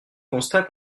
constat